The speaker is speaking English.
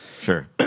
Sure